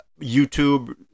YouTube